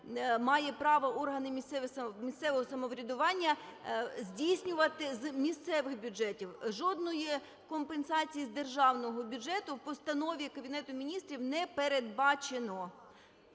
мають право органи місцевого самоврядування здійснювати з місцевих бюджетів. Жодних компенсацій з державного бюджету в постанові Кабінету Міністрів не передбачено.